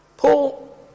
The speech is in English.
Paul